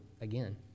again